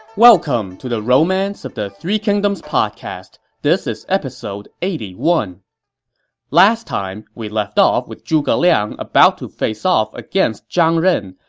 welcome to the romance of the three kingdoms podcast. this is episode eighty one point last time, we left off with zhuge liang about to face off against zhang ren,